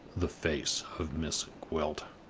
the face of miss gwilt.